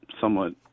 somewhat